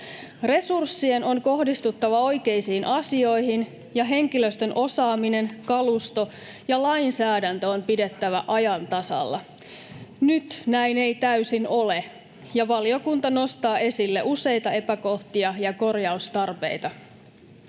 Resurssien on kohdistuttava oikeisiin asioihin, ja henkilöstön osaaminen, kalusto ja lainsäädäntö on pidettävä ajan tasalla. Nyt näin ei täysin ole, ja valiokunta nostaa esille useita epäkohtia ja korjaustarpeita.